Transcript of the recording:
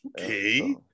Okay